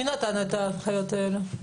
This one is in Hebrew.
מי נתן את ההנחיות הללו?